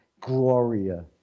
Gloria